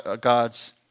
God's